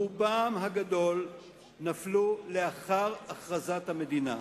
רובם הגדול נפלו לאחר הכרזת המדינה.